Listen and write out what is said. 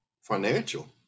financial